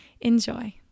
Enjoy